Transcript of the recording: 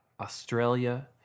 Australia